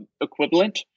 equivalent